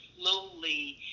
slowly